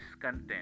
content